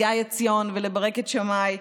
גיא עציון וברקת שמאי,